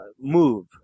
move